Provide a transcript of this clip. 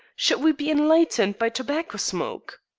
should we be enlightened by tobacco smoke?